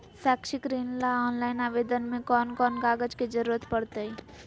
शैक्षिक ऋण ला ऑनलाइन आवेदन में कौन कौन कागज के ज़रूरत पड़तई?